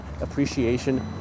appreciation